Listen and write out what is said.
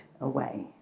away